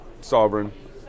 sovereign